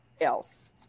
else